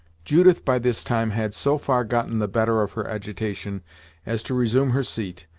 judith, by this time, had so far gotten the better of her agitation as to resume her seat,